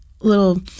Little